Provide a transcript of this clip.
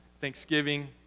Thanksgiving